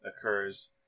occurs